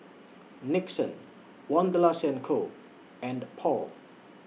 Nixon Wanderlust and Co and Paul